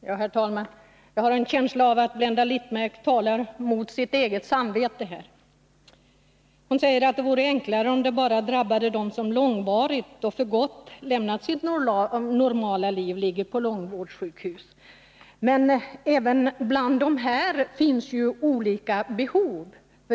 Herr talman! Jag har en känsla av att Blenda Littmarck talar mot sitt samvete. Hon säger att det vore enklare om det här bara drabbade dem som långvarigt och för gott lämnat sitt normala liv och ligger på långvårdssjukhus. Men även bland dem finns olika behov.